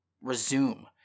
resume